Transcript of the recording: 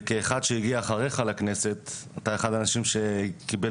וכאחד שהגיע אחריך לכנסת אתה אחד האנשים שקיבל